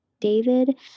David